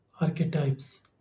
archetypes